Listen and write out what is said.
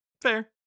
Fair